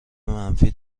منفی